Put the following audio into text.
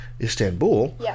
Istanbul